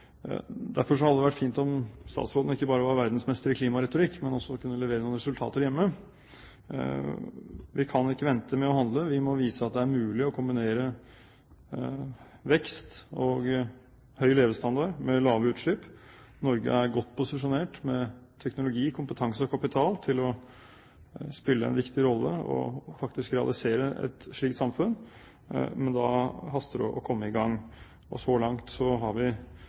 Derfor hadde det vært fint om statsråden ikke bare var verdensmester i klimaretorikk, men også kunne levere noen resultater hjemme. Vi kan ikke vente med å handle, vi må vise at det er mulig å kombinere vekst og høy levestandard med lave utslipp. Norge er godt posisjonert, med teknologi, kompetanse og kapital til å spille en viktig rolle og faktisk realisere et slikt samfunn. Men da haster det med å komme i gang, og så langt kommer vi